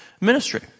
ministry